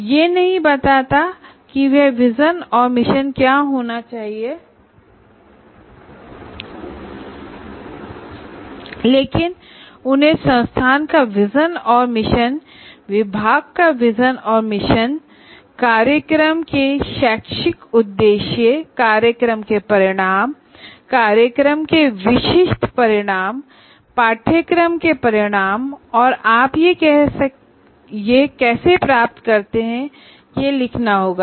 यह नहीं बताता कि वह विजन और मिशन क्या होना चाहिए लेकिन उन्हें संस्थान का विजन और मिशन विभाग का विजन और मिशन प्रोग्राम के शैक्षिक उद्देश्यप्रोग्राम outcome program specific outcome course outcome और आप यह कैसे प्राप्त करते हैं यह लिखना होगा